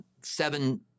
seven